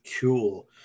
Cool